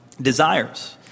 desires